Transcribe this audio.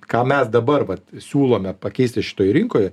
ką mes dabar vat siūlome pakeisti šitoj rinkoj